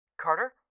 Carter